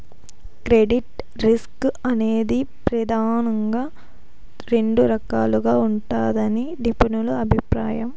credit risk అనేది ప్రెదానంగా రెండు రకాలుగా ఉంటదని నిపుణుల అభిప్రాయం